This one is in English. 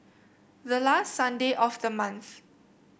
the last Sunday of the month